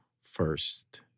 first